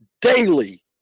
daily